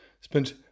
spent